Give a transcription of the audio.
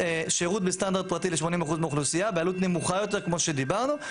בסטנדרט פרטי ל-80% מהאוכלוסייה בעלות נמוכה יותר כמו שדיברנו.